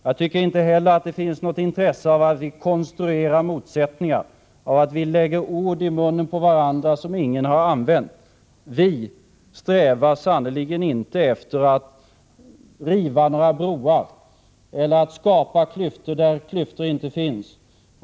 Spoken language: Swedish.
Jag tycker inte heller att det finns något intresse av att vi konstruerar motsättningar, av att vi lägger ord i munnen på varandra som ingen har använt. Vi strävar sannerligen inte efter att riva några broar eller att skapa klyftor där klyftor inte finns.